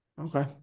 Okay